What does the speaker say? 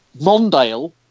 Mondale